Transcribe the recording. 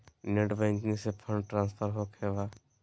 Net banking से fund transfer होखें बा?